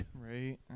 Right